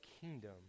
kingdom